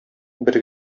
бер